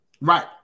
Right